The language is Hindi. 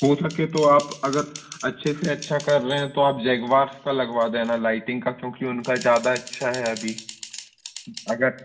हो सके तो आप अगर अच्छे से अच्छा कर रहे हैं तो आप जैग्वार्स का लगवा देना लाइटिंग का क्योंकि उनका ज़्यादा अच्छा है अभी अगर